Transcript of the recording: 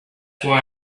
why